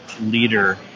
leader